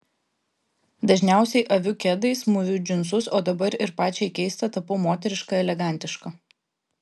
dažniausiai aviu kedais mūviu džinsus o dabar ir pačiai keista tapau moteriška elegantiška